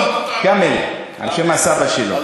כאמל, על שם הסבא שלו.